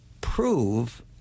prove